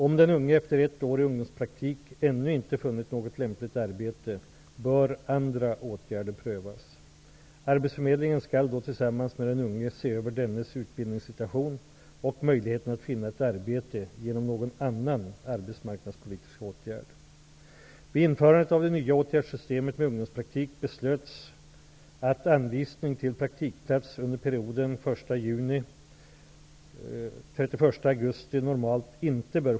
Om den unge, efter ett år i ungdomspraktik, ännu inte har funnit något lämpligt arbete, bör andra åtgärder prövas. Arbetsförmedlingen skall då tillsammans med den unge se över dennes utbildningssituation och möjligheten att finna ett arbete genom någon annan arbetsmarknadspolitisk åtgärd. augusti normalt inte bör ske.